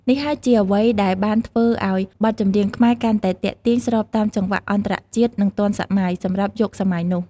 នេះហើយជាអ្វីដែលបានធ្វើឱ្យបទចម្រៀងខ្មែរកាន់តែ ទាក់ទាញ ស្របតាមចង្វាក់អន្តរជាតិ និង ទាន់សម័យ សម្រាប់យុគសម័យនោះ។